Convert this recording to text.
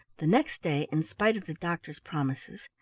the next day, in spite of the doctor's promises,